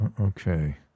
Okay